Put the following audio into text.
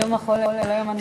יום החולה, לא יום הנכה.